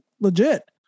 legit